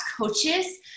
coaches